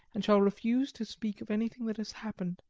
and shall refuse to speak of anything that has happened.